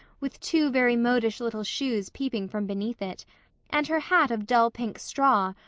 with two very modish little shoes peeping from beneath it and her hat of dull pink straw,